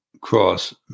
cross